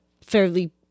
fairly